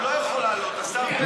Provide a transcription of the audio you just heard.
הוא לא יכול לעלות, השר בעד.